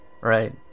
Right